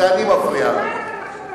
את לא מפריעה לי, זה אני מפריע לך.